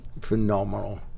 phenomenal